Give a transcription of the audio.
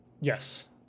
Yes